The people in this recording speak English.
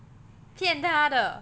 骗她的